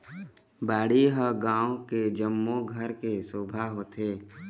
बाड़ी ह गाँव के जम्मो घर के शोभा होथे